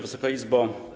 Wysoka Izbo!